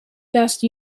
best